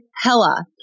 hella